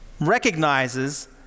recognizes